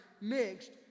mixed